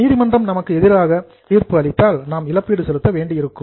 நீதிமன்றம் நமக்கு எதிராக தீர்ப்பு அளித்தால் நாம் இழப்பீடு செலுத்த வேண்டியிருக்கும்